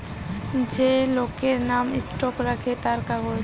যে লোকের নাম স্টক রাখে তার কাগজ